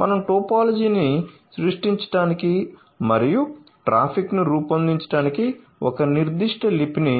మనం టోపోలాజీని సృష్టించడానికి మరియు ట్రాఫిక్ను రూపొందించడానికి ఒక నిర్దిష్ట లిపిని